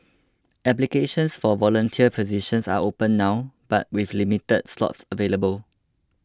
applications for volunteer positions are open now but with limited slots available